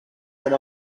com